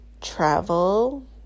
travel